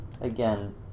Again